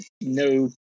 no